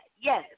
yes